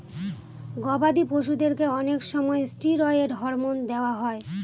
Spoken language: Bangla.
গবাদি পশুদেরকে অনেক সময় ষ্টিরয়েড হরমোন দেওয়া হয়